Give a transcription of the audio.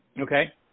Okay